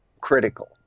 critical